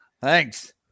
Thanks